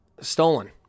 stolen